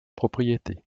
propriétés